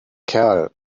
kerl